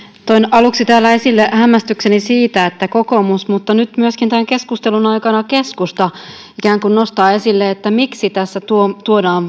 toin täällä esille hämmästykseni siitä että aluksi kokoomus mutta nyt myöskin tämän keskustelun aikana keskusta ikään kuin nostavat esille että miksi tässä tuodaan